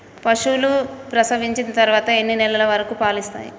పశువులు ప్రసవించిన తర్వాత ఎన్ని నెలల వరకు పాలు ఇస్తాయి?